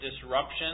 disruption